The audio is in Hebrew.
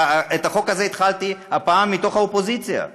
את החוק הזה התחלתי פעם מתוך האופוזיציה,